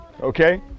Okay